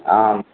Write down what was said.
आं